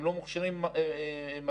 הם לא מוכשרים מספיק.